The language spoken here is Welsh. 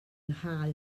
nghae